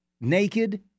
naked